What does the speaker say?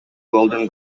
golden